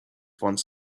once